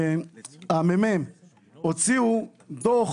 המ"מ הוציאו דו"ח,